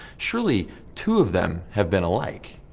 surely two of them have been alike.